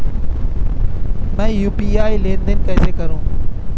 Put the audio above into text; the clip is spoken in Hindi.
मैं यू.पी.आई लेनदेन कैसे करूँ?